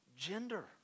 Gender